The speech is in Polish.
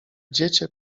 dziecię